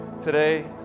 today